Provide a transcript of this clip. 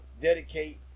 dedicate